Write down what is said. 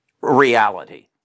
reality